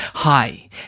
Hi